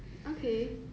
I have my answer